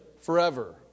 forever